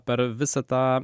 per visą tą